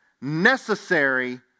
Necessary